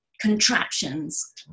contraptions